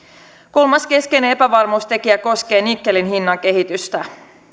kolmas keskeinen epävarmuustekijä koskee nikkelin hinnan kehitystä